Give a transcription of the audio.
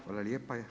Hvala lijepa.